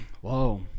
Whoa